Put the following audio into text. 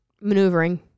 maneuvering